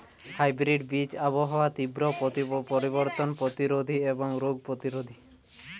hybrid বীজ আবহাওয়ার তীব্র পরিবর্তন প্রতিরোধী এবং রোগ প্রতিরোধী